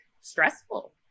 stressful